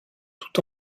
tout